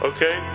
Okay